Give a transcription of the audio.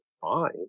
fine